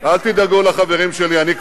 תגיד לחברים שלך בסיעה.